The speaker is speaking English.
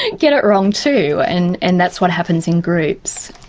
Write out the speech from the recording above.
and get it wrong too, and and that's what happens in groups,